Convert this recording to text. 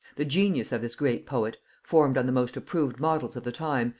the genius of this great poet, formed on the most approved models of the time,